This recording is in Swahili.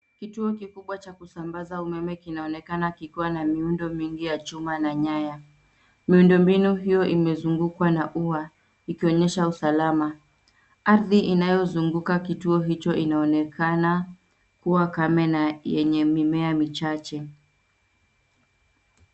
Kituo kikubwa cha kusambaza umeme kinaonekana kikiwa miundo mingi ya chuma na nyaya. Miundombinu hiyo imezungukwa na ua ikionyesha usalama. Ardhi inayozunguka kituo hicho inaonekana kuwa kama yenye mimea michache.